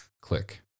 Click